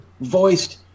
voiced